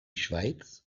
schweiz